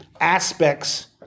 aspects